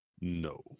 no